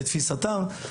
לתפיסתם.